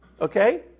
Okay